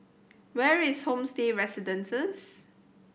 where is Homestay Residences